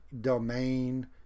domain